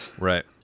Right